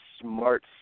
smart